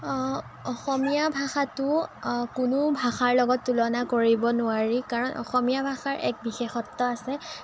অসমীয়া ভাষাটো আ কোনো ভাষাৰ লগত তুলনা কৰিব নোৱাৰি কাৰণ অসমীয়া ভাষাৰ এক বিশেষত্ব আছে